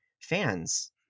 fans